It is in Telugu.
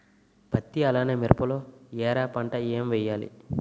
పత్తి అలానే మిరప లో ఎర పంట ఏం వేయాలి?